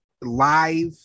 live